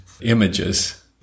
images